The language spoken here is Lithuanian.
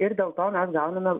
ir dėl to mes gauname